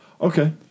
okay